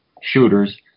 shooters